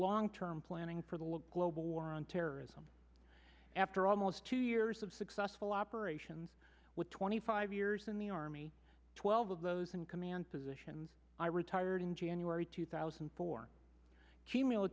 long term planning for the global war on terrorism after almost two years of successful operations with twenty five years in the army twelve of those in command positions i retired in january two thousand and four